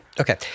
Okay